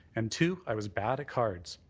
and, two, i was bad at cards.